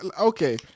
Okay